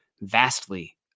vastly